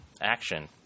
action